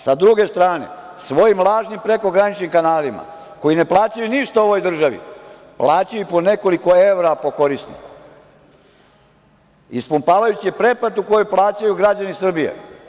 Sa druge strane, svojim lažnim prekograničnim kanalima, koji ne plaćaju ništa ovoj državi, plaćaju po nekoliko evra po korisniku, ispumpavajući pretplatu koju plaćaju građani Srbije.